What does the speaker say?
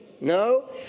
No